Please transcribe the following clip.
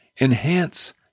enhance